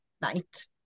night